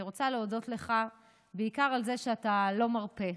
אני רוצה להודות לך בעיקר על זה שאתה לא מרפה.